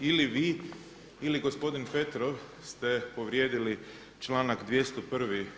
Ili vi ili gospodin Petrov ste povrijedili članak 201.